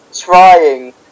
trying